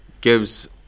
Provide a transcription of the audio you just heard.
gives